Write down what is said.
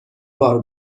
بار